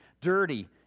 dirty